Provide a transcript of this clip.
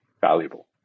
valuable